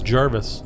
Jarvis